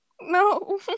No